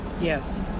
Yes